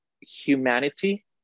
humanity